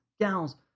gals